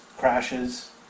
crashes